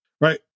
Right